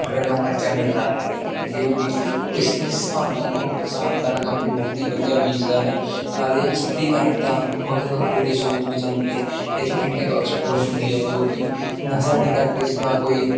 ਕਣਕ ਦਾ ਖਰਚਾ ਮਿਲਦਾ ਹੈ ਕਿਉਂਕਿ ਉਸ ਹਿਸਾਬ ਨਾਲ ਉਹ ਕਿਸਾਨ ਕਣਕ ਆਪਣੀ ਬਹੁਤ ਹੀ ਵਧੀਆ ਬੀਜਦਾ ਹੈ ਨਾਲੇ ਸਾਡੀ ਕਣਕ ਤਾਂ ਵੱਖਰੇ ਵੱਖਰੇ ਦੇਸ਼ਾਂ ਵਿੱਚ ਵੀ ਜਾਂਦੀ ਹੈ ਇੱਥੋਂ ਇੰਡੀਆ ਤੋਂ ਐਕਸਪੋਰਟ ਹੁੰਦੀ ਹੈ ਜੋ ਕਿ ਸਾਡੀ ਕਣਕ ਵਿਚ ਨਾ ਕੋਈ